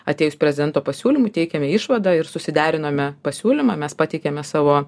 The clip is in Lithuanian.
atėjus prezidento pasiūlymų teikėme išvadą ir susiderinome pasiūlymą mes pateikėme savo